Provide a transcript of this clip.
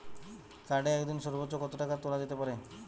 কার্ডে একদিনে সর্বোচ্চ কত টাকা তোলা যেতে পারে?